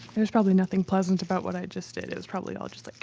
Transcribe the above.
there's probably nothing pleasant about what i just did it's probably all just like.